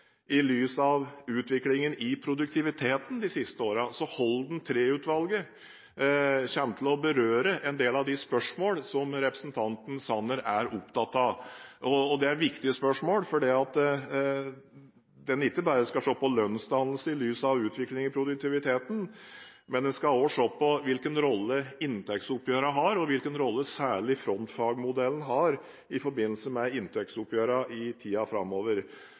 i lys av utviklingen i produktiviteten de siste årene. Holden III-utvalget kommer til å berøre en del av de spørsmål som representanten Sanner er opptatt av. Det er viktige spørsmål. En skal ikke bare se på lønnsdannelse i lys av utviklingen i produktiviteten, en skal også se på hvilken rolle inntektsoppgjørene har, og hvilken rolle særlig frontfagsmodellen har når det gjelder inntektsoppgjørene i tiden framover.